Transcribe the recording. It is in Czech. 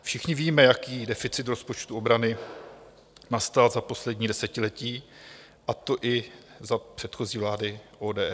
Všichni víme, jaký deficit rozpočtu obrany nastal za poslední desetiletí, a to i za předchozí vlády ODS.